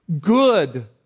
good